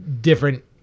different